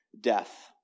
death